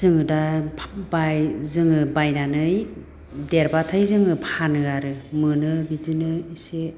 जोङो दा बायनानै देरबाथाय फानो आरो मोनो बिदिनो एसे